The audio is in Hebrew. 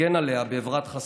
הגן עליה באברת חסדך,